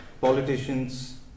politicians